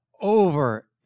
over